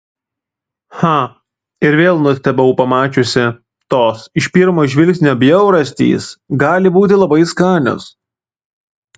cha ir vėl nustebau pamačiusi tos iš pirmo žvilgsnio bjaurastys gali būti labai skanios